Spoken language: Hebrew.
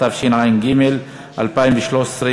התשע"ג 2013,